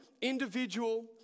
individual